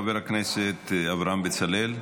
חבר הכנסת אברהם בצלאל,